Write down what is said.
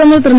பிரதமர் திரு